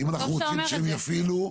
אם אנחנו רוצים שהם יפעילו,